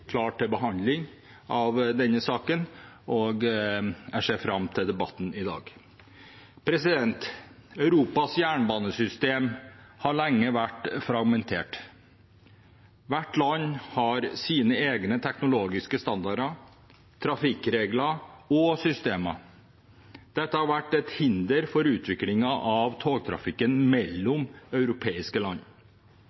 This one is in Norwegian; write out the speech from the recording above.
til behandling av denne saken, og jeg ser fram til debatten i dag. Europas jernbanesystem har lenge vært fragmentert. Hvert land har sine egne teknologiske standarder, trafikkregler og systemer. Dette har vært et hinder for utviklingen av togtrafikken